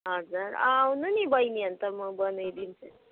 हजुर आउनु नि बहिनी अन्त म बनाइदिन्छु